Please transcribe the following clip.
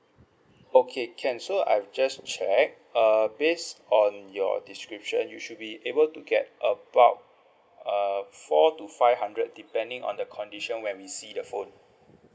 okay can so I've just check err based on your description you should be able to get about err four to five hundred depending on the condition when we see the phone